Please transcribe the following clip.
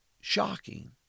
shocking